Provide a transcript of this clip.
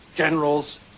generals